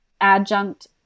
adjunct